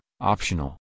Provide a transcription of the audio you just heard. optional